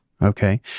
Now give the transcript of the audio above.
Okay